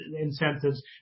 incentives